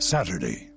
Saturday